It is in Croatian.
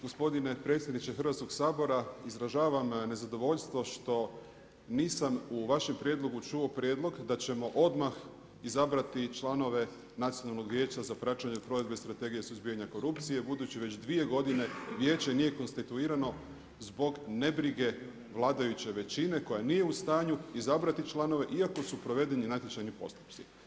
Gospodine predsjedniče Hrvatskog sabora izražavam nezadovoljstvo što nisam u vašem prijedlogu čuo prijedlog da ćemo odmah izabrati članove nacionalnog vijeća za praćenje provedbe strategije suzbijanja korupcije, budući već 2 godine, vijeće nije konstituirano, zbog nebrige vladajuće većine koja nije u stanju izabrati članove iako su provedeni natječajni postupci.